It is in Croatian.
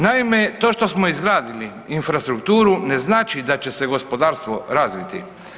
Naime, to što smo izgradili infrastrukturu ne znači da će se gospodarstvo razviti.